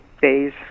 days